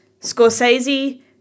Scorsese